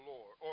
Lord